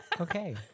Okay